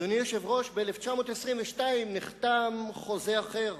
אדוני היושב-ראש, ב-1922 נחתם חוזה אחר,